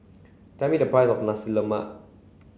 tell me the price of Nasi Lemak